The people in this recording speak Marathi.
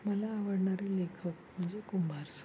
मला आवडणारे लेखक म्हणजे कुंभार सर